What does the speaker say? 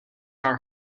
are